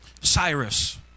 Cyrus